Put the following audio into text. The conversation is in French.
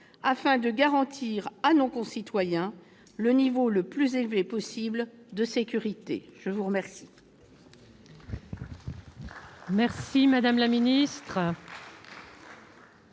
afin de garantir à nos concitoyens le niveau le plus élevé possible de sécurité. Mes chers